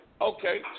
Okay